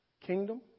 kingdom